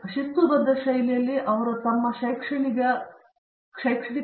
ಆದ್ದರಿಂದ ಶಿಸ್ತುಬದ್ಧ ಶೈಲಿಯಲ್ಲಿ ಅವರು ತಮ್ಮ ಶೈಕ್ಷಣಿಕ ಶಿಸ್ತುಗೆ ಬದ್ಧರಾಗಿರಬೇಕು